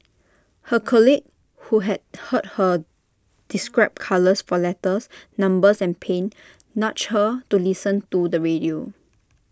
her colleague who had heard her describe colours for letters numbers and pain nudged her to listen to the radio